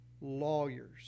lawyers